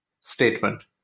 statement